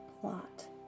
plot